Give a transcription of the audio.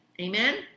Amen